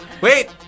Wait